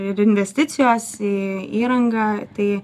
ir investicijos į įrangą tai